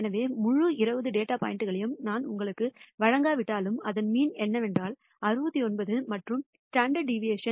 எனவே முழு 20 டேட்டா பாயிண்ட்களையும் நான் உங்களுக்கு வழங்காவிட்டாலும் இதன் மீன் என்னவென்றால் 69 என்றும் ஸ்டாண்டர்ட் டிவியேஷன் 8